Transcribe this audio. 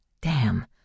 Damn